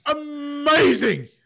Amazing